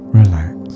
relax